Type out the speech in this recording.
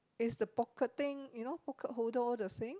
is the pocketing you know pocket holder all the same